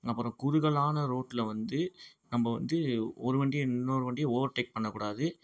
அப்புறம் குறுகலான ரோட்டில் வந்து நம்ப வந்து ஒரு வண்டியை இன்னொரு வண்டியை ஓவர் டேக் பண்ணக்கூடாது